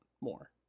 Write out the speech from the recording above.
more